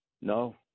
No